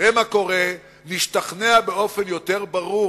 נראה מה קורה, נשתכנע באופן יותר ברור